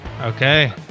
Okay